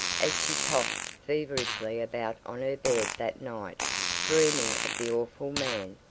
as she tossed feverishly about on her bed that night dreaming of the awful man.